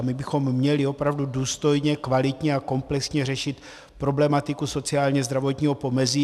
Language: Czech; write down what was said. Měli bychom opravdu důstojně, kvalitně a komplexně řešit problematiku sociálnězdravotního pomezí.